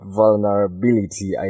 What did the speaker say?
vulnerability